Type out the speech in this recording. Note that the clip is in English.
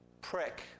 prick